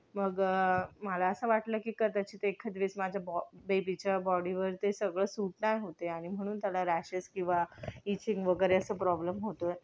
मग मला असं वाटलं की कदाचित एखाद्या वेळेस माझा बेबीच्या बॉडीवर ते सगळं सूट नाही होत आहे आणि म्हणून त्याला रॅशेस किंवा ईचिंग वगैरे असं प्रॉब्लम होत आहे